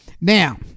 now